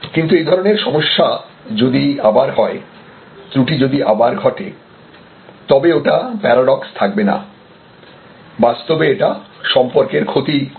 কিন্তু এই ধরনের সমস্যা যদি আবার হয় ত্রুটি যদি আবার ঘটে তবে ওটা প্যারাডক্স থাকবে না বাস্তবে এটা সম্পর্কের ক্ষতি করবে